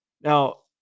Now